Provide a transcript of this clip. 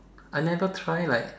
I never try like